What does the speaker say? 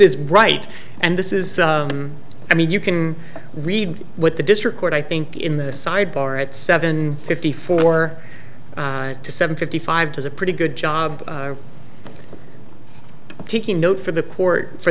is right and this is i mean you can read what the district court i think in the sidebar at seven fifty four to seven fifty five does a pretty good job of taking note for the court for